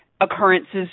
occurrences